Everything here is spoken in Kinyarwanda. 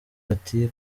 ati